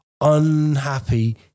unhappy